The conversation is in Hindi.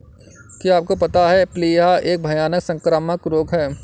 क्या आपको पता है प्लीहा एक भयानक संक्रामक रोग है?